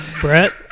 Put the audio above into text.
Brett